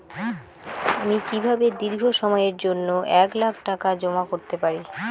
আমি কিভাবে দীর্ঘ সময়ের জন্য এক লাখ টাকা জমা করতে পারি?